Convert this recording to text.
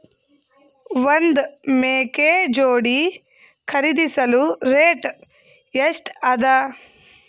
ಒಂದ್ ಮೇಕೆ ಜೋಡಿ ಖರಿದಿಸಲು ರೇಟ್ ಎಷ್ಟ ಅದ?